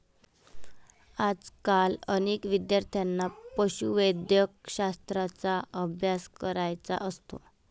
आजकाल अनेक विद्यार्थ्यांना पशुवैद्यकशास्त्राचा अभ्यास करायचा असतो